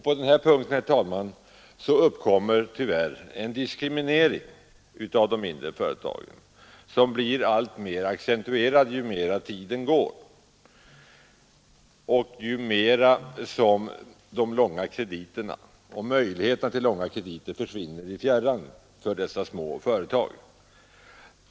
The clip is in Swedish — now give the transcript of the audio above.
På den här punkten uppkommer tyvärr en diskriminering av de mindre företagen som blir alltmer accentuerad ju mera tiden går och ju mera möjligheterna till långa krediter försvinner i fjärran för dessa små företag.